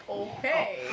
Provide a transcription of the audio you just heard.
okay